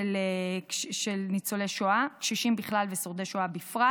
של ניצולי שואה, קשישים בכלל ושורדי שואה בפרט.